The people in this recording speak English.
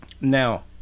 Now